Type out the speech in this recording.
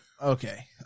okay